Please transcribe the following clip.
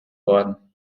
worden